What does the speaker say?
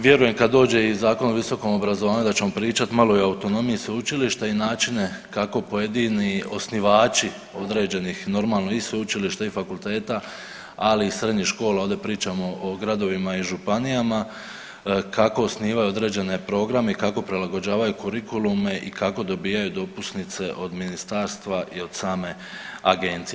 Vjerujem da i kad dođe i Zakon o visokom obrazovanju da ćemo pričati malo i o autonomiji sveučilišta i načine kako pojedini osnivači određenih normalno i sveučilišta i fakulteta ali i srednjih škola, ovdje pričamo o gradovima i županijama, kako osnivaju određene programe i kako prilagođavaju kurikulume i kako dobijaju dopusnice od ministarstava i od same agencije.